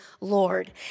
Lord